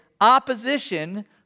opposition